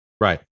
Right